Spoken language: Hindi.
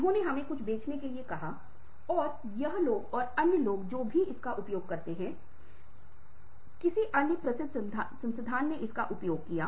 तो सामग्री के लिए सुनो यह लोगों के इरादे और उनके दृष्टिकोण है क्योंकि यह तय करेगा कि आप उन पर जिम्मेदारी के लिए कैसे गए हैं